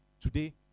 today